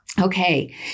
Okay